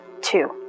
two